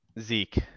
Zeke